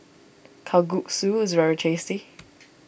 Kalguksu is very tasty